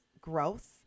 growth